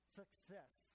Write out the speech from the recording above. success